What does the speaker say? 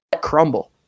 crumble